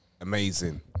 amazing